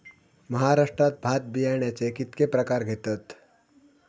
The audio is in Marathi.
महाराष्ट्रात भात बियाण्याचे कीतके प्रकार घेतत?